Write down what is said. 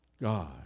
God